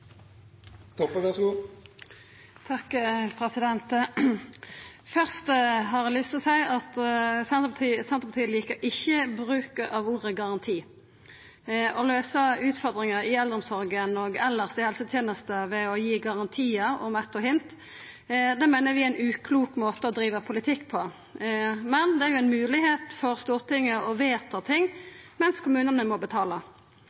Først har eg lyst å seia at Senterpartiet ikkje likar bruken av ordet «garanti». Å møta utfordringar i eldreomsorga og elles i helsetenesta ved å gi garantiar om dette og hint meiner vi er ein uklok måte å driva politikk på. Men det er ei moglegheit for Stortinget til å vedta noko, mens kommunane må